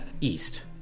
east